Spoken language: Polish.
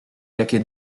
jakie